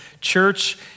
Church